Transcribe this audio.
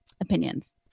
opinions